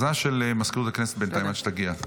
למזכירות הכנסת בינתיים, עד שתגיע.